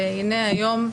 והנה היום,